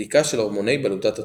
בדיקה של הורמוני בלוטת התריס.